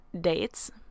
dates